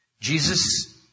Jesus